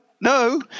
no